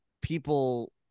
people